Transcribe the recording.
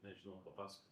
nežinau papasakok